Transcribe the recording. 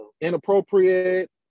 inappropriate